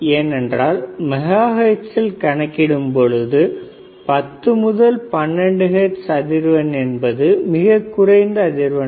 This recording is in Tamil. ஏனென்றால் மெகாஹெர்ட்ஸ் சில் கணக்கிடும் பொழுது 10 முதல் 12 ஹெர்ட்ஸ் அதிர்வெண் என்பது மிகக் குறைந்த அதிர்வெண்